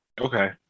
okay